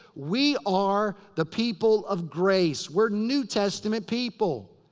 we are the people of grace. we're new testament people.